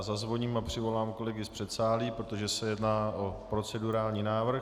Zazvoním a přivolám kolegy z předsálí, protože se jedná o procedurální návrh.